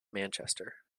manchester